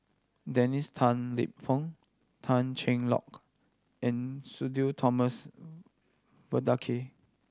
Dennis Tan Lip Fong Tan Cheng Lock and Sudhir Thomas Vadaketh